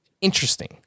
Interesting